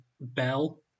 Bell